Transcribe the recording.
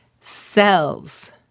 Cells